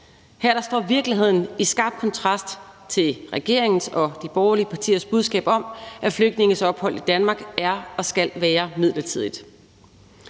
Her står virkeligheden i skarp kontrast til regeringens og de borgerlige partiers budskab om, at flygtninges ophold i Danmark er og skal være midlertidigt.